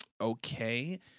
okay